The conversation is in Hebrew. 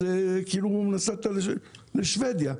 זה כאילו נסעת לשבדיה.